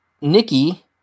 Nikki